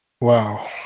Wow